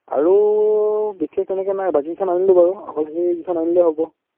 আৰু বিশেষ তেনেকৈ নাই বাকীকেইখন আনিলোঁ বাৰু অকল সেইকেইখন আনিলেই হ'ব